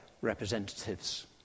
representatives